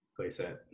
Playset